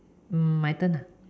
my turn ah